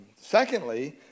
Secondly